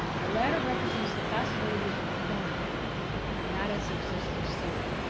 the latter represents the possibilities of the former not its existing state.